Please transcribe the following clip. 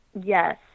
Yes